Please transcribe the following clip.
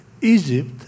Egypt